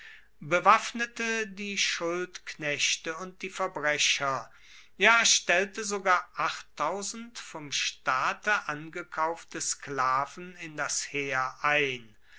bewaffnete die schuldknechte und die verbrecher ja stellte sogar achttausend vom staate angekaufte sklaven in das heer ein